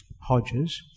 Hodges